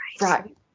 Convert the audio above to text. right